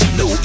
no